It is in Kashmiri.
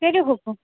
کٔرِو حُکُم